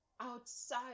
outside